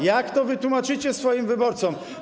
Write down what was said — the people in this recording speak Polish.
Jak to wytłumaczycie swoim wyborcom?